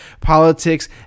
politics